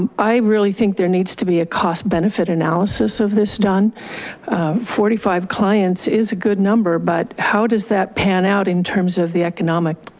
um i really think there needs to be a cost benefit analysis of this done forty five clients is a good number, but how does that pan out in terms of the economic?